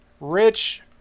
rich